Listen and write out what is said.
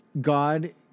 God